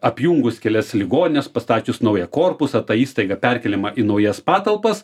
apjungus kelias ligonines pastačius naują korpusą ta įstaiga perkeliama į naujas patalpas